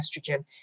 estrogen